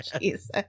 Jesus